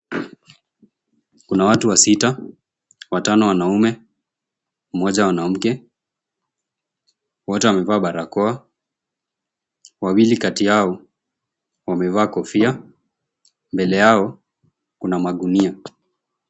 Kuna watu wasita watano wanaume mmoja mwanamke. Wote wamevaa barakoa, wawili kati yao wamevaa kofia mbele yao kuna magunia.